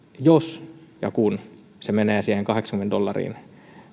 jos ja kun se menee siihen kahdeksaankymmeneen dollariin